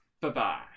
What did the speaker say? Bye-bye